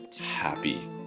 happy